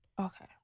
Okay